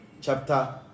chapter